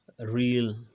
real